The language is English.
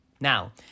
Now